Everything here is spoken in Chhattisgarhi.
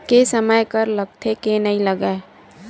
के समय कर लगथे के नइ लगय?